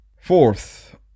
Fourth